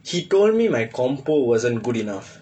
he told me my compo wasn't good enough